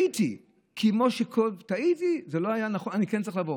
טעיתי, טעיתי, זה לא היה נכון, אני כן צריך לבוא.